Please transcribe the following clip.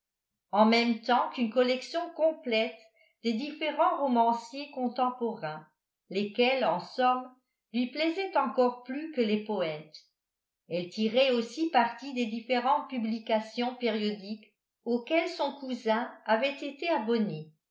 en même temps qu'une collection complète des différents romanciers contemporains lesquels en somme lui plaisaient encore plus que les poètes elle tirait aussi parti des différentes publications périodiques auxquelles son cousin avait été abonné